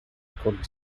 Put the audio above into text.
according